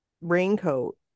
raincoat